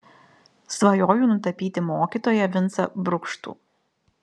svajoju nutapyti mokytoją vincą brukštų